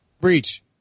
Breach